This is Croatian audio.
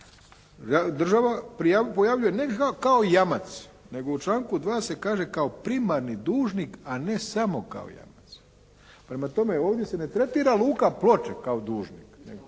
država pojavljuje ne kao jamac nego u članku 2. se kaže kao primarni dužnik a ne samo kao jamac. Prema tome ovdje se ne tretira Luka Ploče kao dužnik nego,